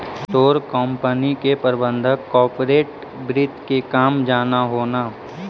तोर कंपनी के प्रबंधक कॉर्पोरेट वित्त के काम जान हो न